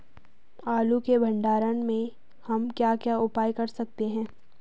आलू के भंडारण में हम क्या क्या उपाय कर सकते हैं?